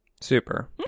Super